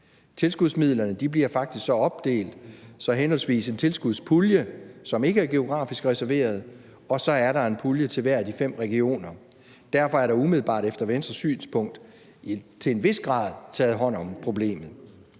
Tilskudsmidlerne bliver så faktisk opdelt i henholdsvis en tilskudspulje, som ikke er geografisk reserveret, og en pulje til hver af de fem regioner. Derfor er der umiddelbart efter Venstres synspunkt til en vis grad taget hånd om problemet.